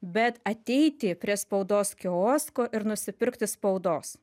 bet ateiti prie spaudos kiosko ir nusipirkti spaudos